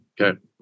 Okay